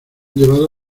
llevado